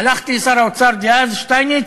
הלכתי לשר האוצר דאז שטייניץ,